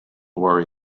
worry